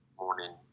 morning